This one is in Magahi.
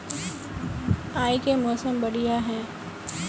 आय के मौसम बढ़िया है?